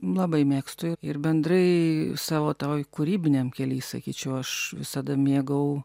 labai mėgstu ir bendrai savo toj kūrybiniam kely sakyčiau aš visada mėgau